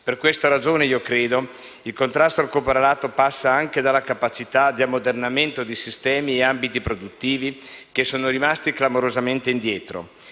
Per questa ragione credo che il contrasto al caporalato passi anche dalla capacità di ammodernamento di sistemi e ambiti produttivi che sono rimasti clamorosamente indietro